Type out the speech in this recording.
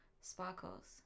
Sparkles